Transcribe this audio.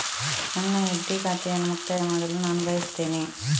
ನನ್ನ ಎಫ್.ಡಿ ಖಾತೆಯನ್ನು ಮುಕ್ತಾಯ ಮಾಡಲು ನಾನು ಬಯಸ್ತೆನೆ